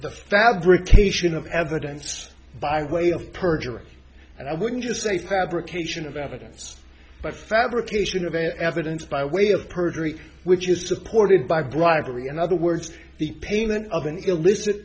the fabrication of evidence by way of perjury and i wouldn't just say fabrication of evidence but fabrication of evidence by way of perjury which is supported by bribery in other words the payment of an illicit